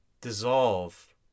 dissolve